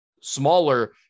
smaller